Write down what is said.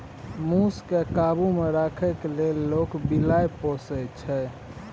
मुस केँ काबु मे राखै लेल लोक बिलाइ पोसय छै